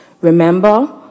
Remember